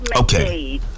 okay